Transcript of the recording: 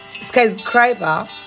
skyscraper